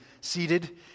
seated